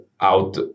out